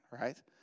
right